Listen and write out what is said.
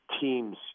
teams